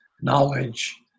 knowledge